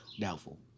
Doubtful